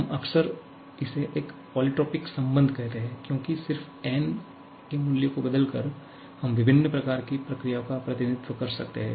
हम अक्सर इसे एक पोलिट्रोपिक संबंध कहते हैं क्योंकि सिर्फ n के मूल्य को बदलकर हम विभिन्न प्रकार की प्रक्रियाओं का प्रतिनिधित्व कर सकते हैं